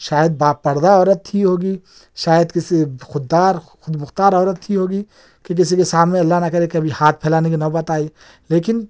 شاید باپردہ عورت تھی ہوگی شاید کسی خودار کسی خود مختار عورت تھی ہوگی کہ کسی سامنے اللہ نہ کرے کبھی ہاتھ پھلانے کی نوبت آئی لیکن